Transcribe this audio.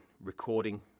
recording